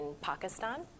Pakistan